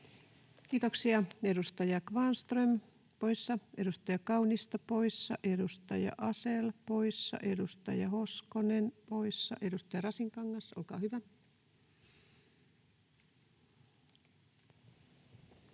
Kiitoksia. — Edustaja Kvarnström poissa, edustaja Kaunisto poissa, edustaja Asell poissa, edustaja Hoskonen poissa. — Edustaja Rasinkangas, olkaa hyvä.